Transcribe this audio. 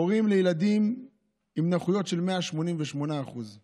הורים לילדים עם נכויות של 188%;